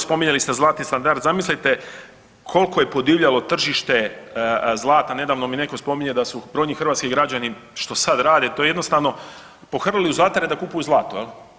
Spominjali ste zlatni standard zamislite koliko je podivljalo tržište zlata, nedavno mi netko spominje da su brojni hrvatski građani što sad rade to je jednostavno, pohrlili u zlatarne da kupuju zlato jel.